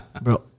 bro